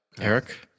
eric